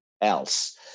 else